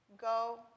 Go